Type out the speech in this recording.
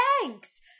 thanks